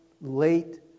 late